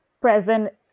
present